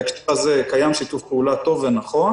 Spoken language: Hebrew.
בהקשר הזה קיים שיתוף פעולה טוב ונכון